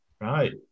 right